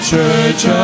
Church